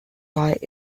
light